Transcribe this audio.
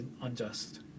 unjust